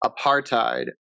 apartheid